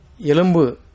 Yelumbu